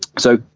so